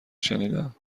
شنیدم